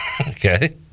Okay